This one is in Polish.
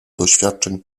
doświadczeń